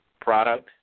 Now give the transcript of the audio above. product